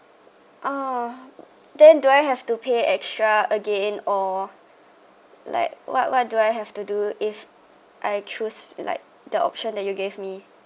ah then do I have to pay extra again or like what what do I have to do if I choose like the option that you gave me